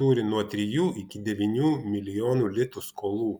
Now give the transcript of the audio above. turi nuo trijų iki devynių milijonų litų skolų